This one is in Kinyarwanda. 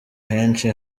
henshi